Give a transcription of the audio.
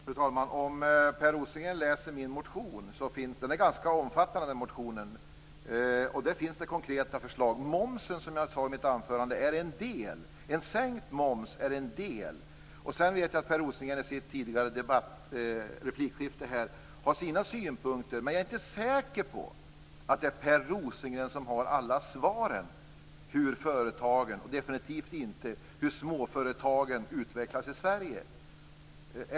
Fru talman! Om Per Rosengren läser min motion - den är ganska omfattande - ser han att det finns konkreta förslag där. Momsen, som jag sade i mitt anförande, är en del. En sänkt moms är en del. Jag vet att Per Rosengren gav sina synpunkter i ett tidigare replikskifte, men jag är inte säker på att det är han som har alla svaren när det gäller hur företagen - definitivt inte när det gäller småföretagen - utvecklas i Sverige.